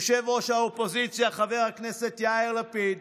ראש האופוזיציה חבר הכנסת יאיר לפיד